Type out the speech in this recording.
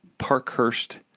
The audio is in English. Parkhurst